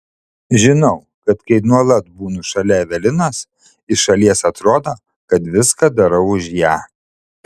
žinau kad kai nuolat būnu šalia evelinos iš šalies atrodo kad viską darau už ją